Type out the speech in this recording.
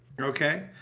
okay